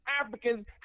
Africans